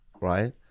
right